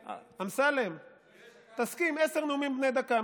אמסלם, תסכים, עשרה נאומים בני דקה.